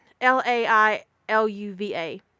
L-A-I-L-U-V-A